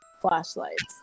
flashlights